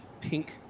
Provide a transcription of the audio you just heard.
pink